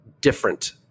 different